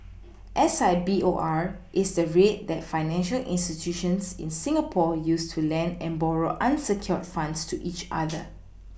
S I B O R is the rate that financial institutions in Singapore use to lend and borrow unsecured funds to each other